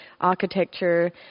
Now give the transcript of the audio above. architecture